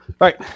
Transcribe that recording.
Right